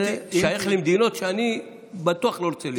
זה שייך למדינות שאני בטוח לא רוצה להיות בהן.